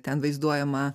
ten vaizduojama